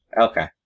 okay